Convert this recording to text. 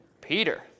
Peter